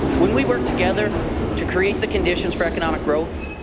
when we work together to create the conditions for economic growth,